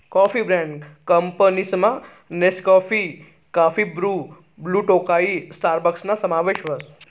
coffee brand कंपनीसमा Nescafe, काफी Bru, Blue Tokai स्टारबक्सना समावेश व्हस